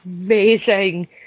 amazing